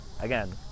again